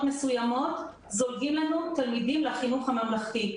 מסוימות זולגים לנו תלמידים לחינוך הממלכתי,